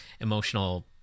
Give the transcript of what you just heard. emotional